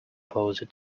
closer